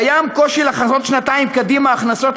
קיים קושי לחזות שנתיים קדימה הכנסות,